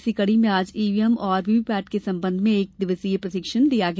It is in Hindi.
इसी कड़ी में आज ईवीएम और वीवीपेट के सम्बंध में एक दिवसीय प्रशिक्षण दिया गया